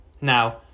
Now